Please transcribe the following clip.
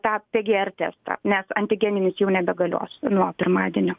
tą pgr testą nes antigeninis jau nebegalios nuo pirmadienio